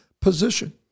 position